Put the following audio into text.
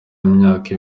imyaka